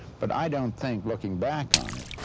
but i don't think looking back on it,